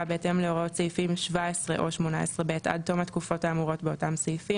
בהתאם להוראות סעיפים 17 או 18(ב) עד תום התקופות האמורות באותם סעיפים,